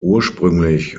ursprünglich